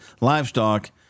livestock